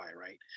right